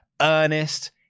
earnest